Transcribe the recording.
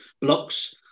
blocks